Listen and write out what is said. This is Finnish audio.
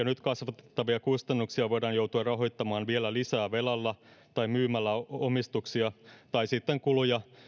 nyt kasvatettavia kustannuksia voidaan joutua rahoittamaan vielä lisää velalla tai myymällä omistuksia tai sitten kuluja